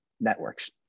networks